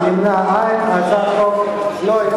ההצעה להסיר מסדר-היום את הצעת חוק שיפוט